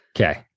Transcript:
Okay